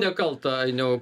nekalta ainiau